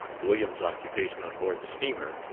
william's occupation on board the steamer,